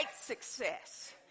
success